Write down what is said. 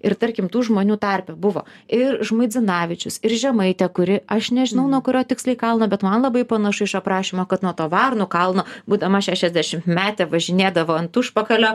ir tarkim tų žmonių tarpe buvo ir žmuidzinavičius ir žemaitė kuri aš nežinau nuo kurio tiksliai kalno bet man labai panašu iš aprašymo kad nuo to varnų kalno būdama šešiasdešimtmetė važinėdavo ant užpakalio